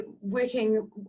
working